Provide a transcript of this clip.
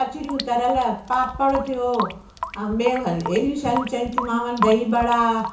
कचरियूं तरियल पापड़ थियो ऐं ॿिए हे हेडी शयूं चई थी मांव दही बड़ा